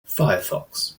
firefox